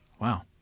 Wow